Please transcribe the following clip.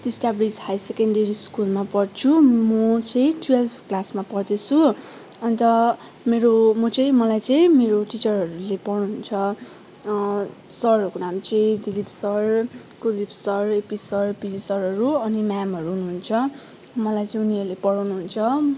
Teesta bridge high secondary स्कुलमा पढ्छु म चाहिँ टुएल्ब क्लासमा पढ्दैछु अन्त मेरो म चाहिँ मलाई चाहिँ मेरो टिचरहरूले पढाउनु हुन्छ सरहरूको नाम चाहिँ Dilip sir Kuldip sir AP sir पिजीसरहरू अनि म्यामहरू हुनुहुन्छ मलाई चैं उनीहरले पढाउनु हुन्छ